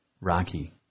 Rocky